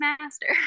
master